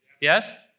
Yes